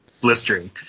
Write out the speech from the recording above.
blistering